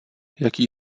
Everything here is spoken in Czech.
jaký